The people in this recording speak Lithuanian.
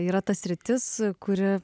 yra ta sritis kuri